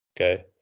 okay